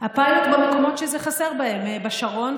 הפיילוט יהיה במקומות שזה חסר בהם: בשרון,